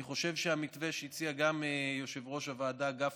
אני חושב שהמתווה שהציע גם יושב-ראש הוועדה גפני,